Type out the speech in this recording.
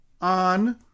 on